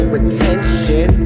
attention